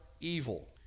evil